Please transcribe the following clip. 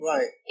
Right